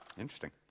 Interesting